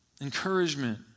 Encouragement